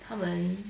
他们